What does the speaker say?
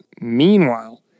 Meanwhile